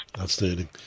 outstanding